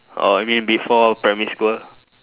oh you mean before primary school